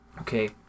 Okay